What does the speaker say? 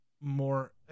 more